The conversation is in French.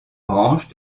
branche